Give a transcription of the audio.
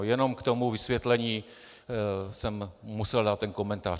Jenom k tomu vysvětlení jsem musel dát ten komentář.